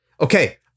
okay